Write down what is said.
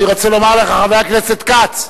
אני רוצה לומר לך, חבר הכנסת כץ,